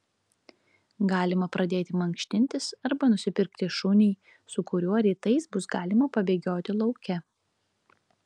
galima pradėti mankštintis arba nusipirkti šunį su kuriuo rytais bus galima pabėgioti lauke